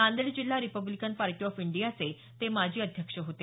नांदेड जिल्हा Republican Party of इंडियाचे ते माजी अध्यक्ष होते